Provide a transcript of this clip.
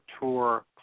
tour